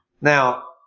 Now